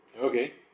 Okay